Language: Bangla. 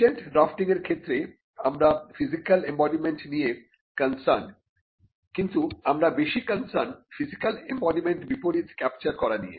পেটেন্ট ড্রাফটিং ক্ষেত্রে আমরা ফিজিক্যাল এম্বডিমেন্ট নিয়ে কনসার্নড্ কিন্তু আমরা বেশি কনসার্নড্ ফিজিক্যাল এম্বডিমেন্ট বিপরীত ক্যাপচার করা নিয়ে